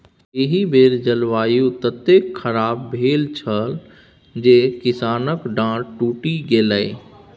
एहि बेर जलवायु ततेक खराप भेल छल जे किसानक डांर टुटि गेलै